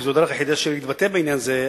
כי זו הדרך היחידה שלי להתבטא בעניין זה.